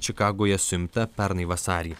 čikagoje suimta pernai vasarį